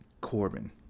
corbin